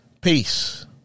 Peace